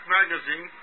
magazine